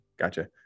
Gotcha